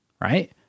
right